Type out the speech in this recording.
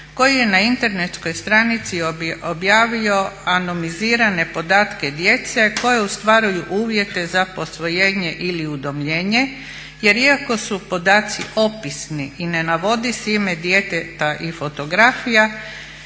koji je na internetskoj stranici objavio … podatke djece koja ostvaruju uvjete za posvojenje ili udomljenje, jer iako su podaci opisni i ne navodi se ime djeteta i fotografija,